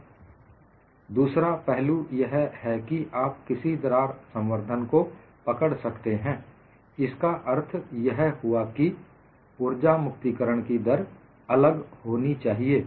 Fracture can be steady this is one aspect दूसरा पहलू यह है कि आप किसी दरार संवर्धन को पकड़ सकते हैं इसका अर्थ यह हुआ कि उर्जा मुक्तिकरण की दर अलग होनी चाहिए